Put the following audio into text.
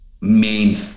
main